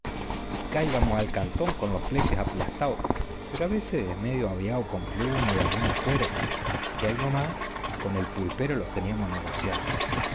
y cáibamos al cantón con los fletes aplastaos pero a veces medio aviaos con plumas y algunos cueros que pronto con el pulpero los teníamos negociaos